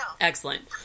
excellent